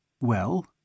Well